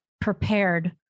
prepared